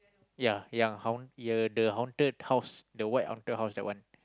ya yang haun~ uh the haunted house the white haunted house that one